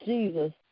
Jesus